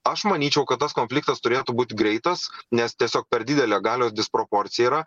aš manyčiau kad tas konfliktas turėtų būt greitas nes tiesiog per didelė galios disproporcija yra